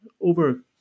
over